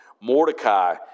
Mordecai